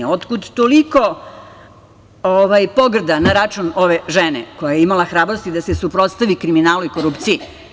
Otkud toliko pogrda na račun ove žene koja je imala hrabrosti da se suprotstavi kriminalu i korupciji.